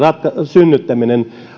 synnyttäminen